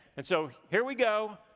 and so, here we go,